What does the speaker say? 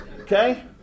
Okay